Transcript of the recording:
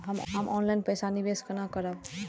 हम ऑनलाइन पैसा निवेश केना करब?